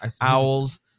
Owls